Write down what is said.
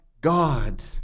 God